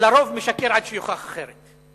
לרוב משקר עד שיוכח אחרת.